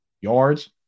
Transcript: yards